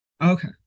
okay